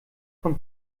von